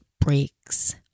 breaks